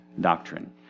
doctrine